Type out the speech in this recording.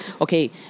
okay